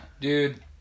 dude